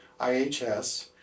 IHS